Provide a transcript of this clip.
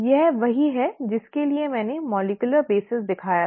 यह वही है जिसके लिए मैंने आणविक आधार दिखाया था